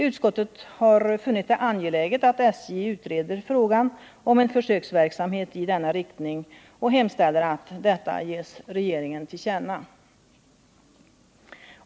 Utskottet har funnit det angeläget att SJ utreder frågan om en försöksverksamhet med denna inriktning och hemställer att detta ges regeringen till känna.